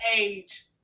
age